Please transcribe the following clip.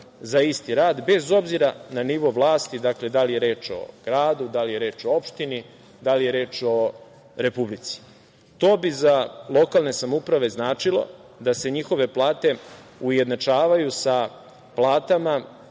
za isti rad, bez obzira na nivo vlasti, dakle da li je reč o gradu, da li je reč o opštini, da li je reč o Republici. To bi za lokalne samouprave značilo da se njihove plate ujednačavaju sa platama